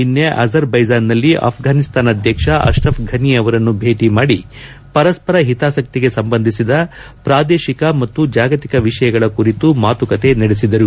ನಿನ್ನೆ ಅಜರ್ಬೈಜಾನ್ನಲ್ಲಿ ಅಫ್ಘಾನಿಸ್ತಾನ ಅಧ್ಯಕ್ಷ ಅಶ್ರಫ್ ಫನಿ ಅವರನ್ನು ಭೇಟಿ ಮಾಡಿ ಪರಸ್ಪರ ಹಿತಾಸಕ್ತಿಗೆ ಸಂಬಂಧಿಸಿದ ಪ್ರಾದೇಶಿಕ ಮತ್ತು ಜಾಗತಿಕ ವಿಷಯಗಳ ಕುರಿತು ಮಾತುಕತೆ ನಡೆಸಿದರು